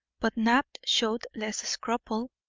but knapp showed less scruple.